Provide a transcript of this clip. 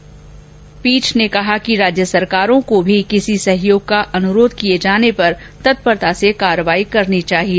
न्यायमूर्ति भूषण कहा कि राज्य सरकारों को भी किसी सहयोग का अनुरोध किये जाने पर तत्परता से कार्रवाई करनी चाहिए